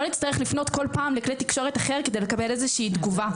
נצטרך לפנות כל פעם לכלי תקשורת אחר כדי לקבל איזושהי תגובה.